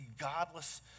godless